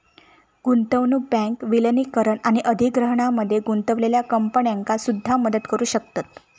गुंतवणूक बँक विलीनीकरण आणि अधिग्रहणामध्ये गुंतलेल्या कंपन्यांका सुद्धा मदत करू शकतत